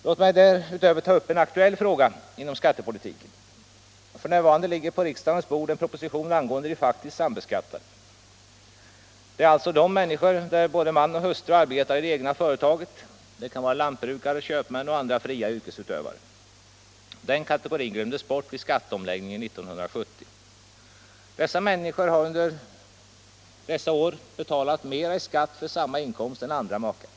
Låt mig så ta upp en aktuell detaljfråga inom skattepolitiken. F.n. ligger på riksdagens bord en proposition angående de faktiskt sambeskattade. Det gäller alltså de fall där både man och hustru arbetar i det egna företaget. Det kan vara lantbrukare, köpmän eller andra fria yrkesutövare. Den kategorin glömdes bort vid skatteomläggningen 1970. Dessa människor har under de år som gått sedan skatteomläggningen betalat mera i skatt för samma inkomst än andra makar.